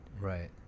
Right